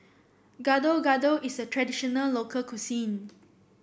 Gado Gado is a traditional local cuisine